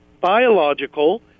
biological